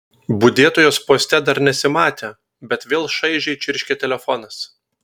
budėtojos poste dar nesimatė bet vėl šaižiai čirškė telefonas